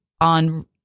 on